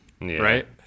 right